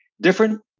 different